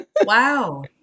wow